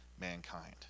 mankind